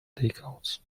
takeouts